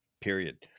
Period